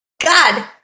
God